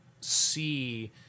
see